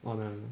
or never